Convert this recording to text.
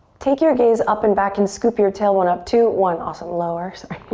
take your gaze up and back and scoop your tailbone up. two, one. awesome, lower. sorry.